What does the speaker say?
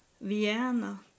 Vienna